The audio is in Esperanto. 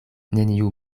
neniu